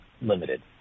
limited